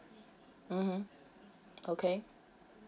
mmhmm okay